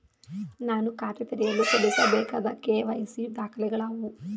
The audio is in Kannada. ನಾನು ಖಾತೆ ತೆರೆಯಲು ಸಲ್ಲಿಸಬೇಕಾದ ಕೆ.ವೈ.ಸಿ ದಾಖಲೆಗಳಾವವು?